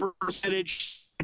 percentage